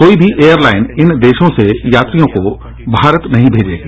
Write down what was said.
कोई भी एयरलाइन इन देशों से यात्रियों को भारत नहीं भेजेगी